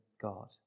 God